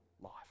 life